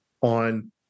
on